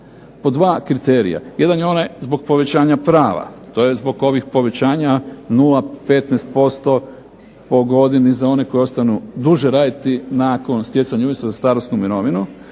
po 2 kriterija. Jedan je onaj zbog povećanja prava to je zbog ovih povećanja 0,15% po godini za one koji ostanu duže raditi nakon stjecanja uvjeta za starosnu mirovinu,